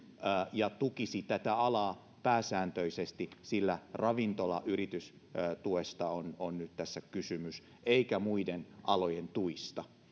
ja tukisi tätä alaa pääsääntöisesti sillä ravintolayritystuesta on on nyt tässä kysymys eikä muiden alojen tuista